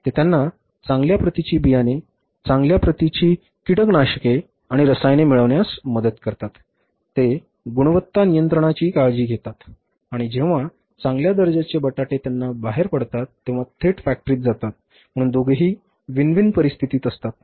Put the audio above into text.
ते त्यांना चांगल्या प्रतीची बियाणे चांगल्या प्रतीची कीटकनाशके आणि रसायने मिळविण्यास मदत करतात ते गुणवत्ता नियंत्रणाची काळजी घेतात आणि जेव्हा चांगल्या दर्जाचे बटाटे त्यातून बाहेर पडतात तेव्हा थेट फॅक्टरीत जातात म्हणून दोघेही विन विन परिस्थितीत असतात